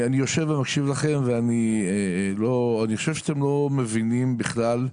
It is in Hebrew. אני יושב ומקשיב לכם ואני חושב שאתם לא מבינים בכלל,